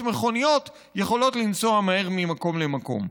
מכוניות יכולות לנסוע מהר ממקום למקום.